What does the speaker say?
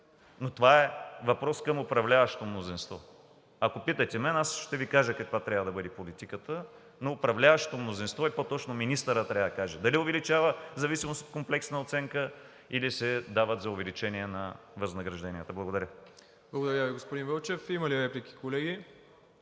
Но това е въпрос към управляващото мнозинство. Ако питате мен, аз ще Ви кажа каква трябва да бъде политиката, но управляващото мнозинство, и по-точно министърът, трябва да каже дали увеличава в зависимост от комплексната оценка, или се дават за увеличение на възнагражденията. Благодаря Ви. ПРЕДСЕДАТЕЛ МИРОСЛАВ ИВАНОВ: Благодаря Ви, господин Вълчев. Има ли реплики, колеги?